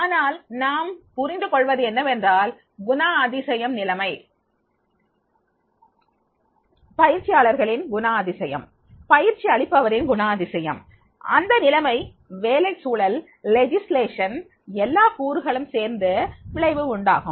ஆனால் நாம் புரிந்து கொள்வது என்னவென்றால் குணாதிசயம் நிலைமை பயிற்சியாளர்களின் குணாதிசயம் பயிற்சிக் அளிப்பவரின் குணாதிசயம் அந்த நிலைமை வேலை சூழல் சட்டம் எல்லா கூறுகளும் சேர்ந்து விளைவு உண்டாகும்